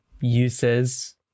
uses